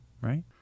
right